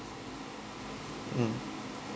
mm